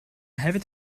hefyd